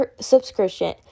subscription